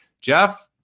Jeff